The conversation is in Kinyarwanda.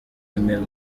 email